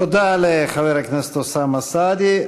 תודה לחבר הכנסת אוסאמה סעדי.